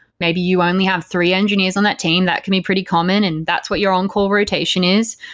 maybe you only have three engineers on that team that can be pretty common and that's what your on-call rotation is.